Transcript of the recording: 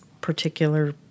particular